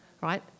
right